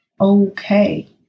okay